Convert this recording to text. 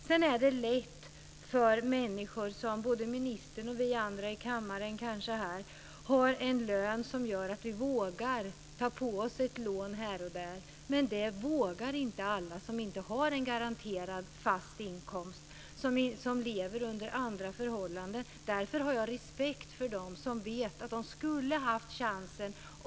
Det är lätt för människor som ministern och oss andra i kammaren här, som har en lön som gör att vi vågar ta på oss ett lån här och där, men det vågar inte alla som inte har en garanterad fast inkomst utan som lever under andra förhållanden. Därför har jag respekt för dem som vet att de skulle ha haft chansen.